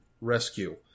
rescue